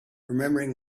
remembering